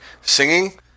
singing